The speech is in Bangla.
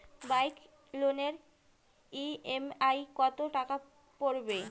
বাইক লোনের ই.এম.আই কত টাকা পড়বে?